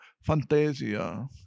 fantasia